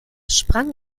sprang